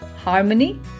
harmony